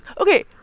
Okay